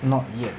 not yet